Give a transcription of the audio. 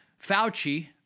Fauci